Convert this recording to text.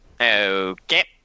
Okay